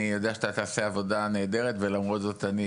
אני יודע שתעשה עבודה נהדרת ולמרות זאת אני